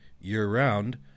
year-round